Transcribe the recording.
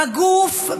בגוף,